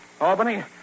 Albany